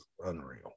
Unreal